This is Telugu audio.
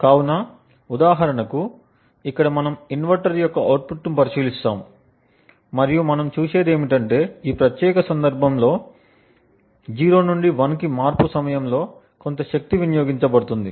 కావున ఉదాహరణకు ఇక్కడ మనం ఇన్వర్టర్ యొక్క అవుట్పుట్ ను పరిశీలిస్తాము మరియు మనం చూసేది ఏమిటంటే ఈ ప్రత్యేక సందర్భంలో 0 నుండి 1 కి మార్పు సమయంలో కొంత శక్తి వినియోగించబడుతుంది